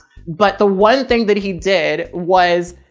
but the one thing that he did was